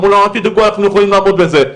אמרו אל תדאגו, אנחנו יכולים לעמוד בזה.